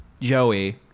Joey